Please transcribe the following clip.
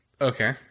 Okay